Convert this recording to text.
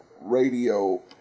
radio